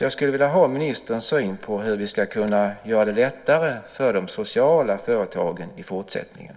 Jag skulle vilja ha ministerns syn på hur vi ska kunna göra det lättare för de sociala företagen i fortsättningen.